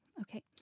Okay